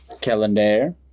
Calendar